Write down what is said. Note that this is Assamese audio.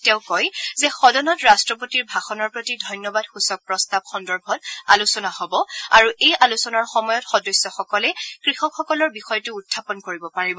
তেওঁ কয় যে সদনত ৰাষ্ট্ৰপতিৰ ভাষণৰ প্ৰতি ধন্যবাদসূচক প্ৰস্তাৱ সন্দৰ্ভত আলোচনা হ'ব আৰু এই আলোচনাৰ সময়ত সদস্যসকলে কৃষকসকলৰ বিষয়টো উখাপন কৰিব পাৰিব